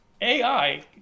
AI